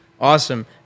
Awesome